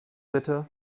bitte